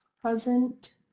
present